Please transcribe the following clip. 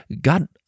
God